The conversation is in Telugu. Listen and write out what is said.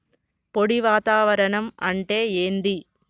పొడి వాతావరణం అంటే ఏంది?